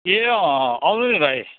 ए अँ अँ आउनु नि भाइ